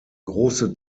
große